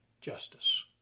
justice